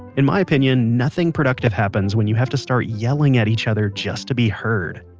in my opinion, nothing productive happens when you have to start yelling at each other just to be heard.